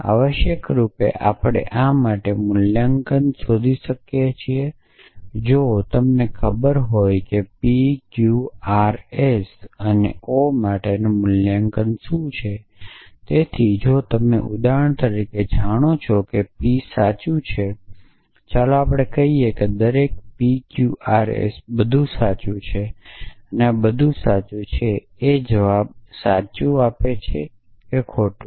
આવશ્યકરૂપે આપણે આ માટે મૂલ્યાંકન શોધી શકીએ છીએ જો તમને ખબર હોય કે p q r s અને ઓ માટેનું મૂલ્યાંકન શું છે તેથી જો તમે ઉદાહરણ તરીકે જાણો છો કે p સાચું છે ચાલો આપણે કહીએ કે દરેક p q r s બધું સાચું છે અને આ બધુ સાચુ એ જવાબ સાચુ આપે છે કે ખોટું